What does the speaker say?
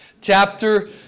chapter